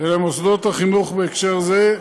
ולמוסדות החינוך בהקשר זה.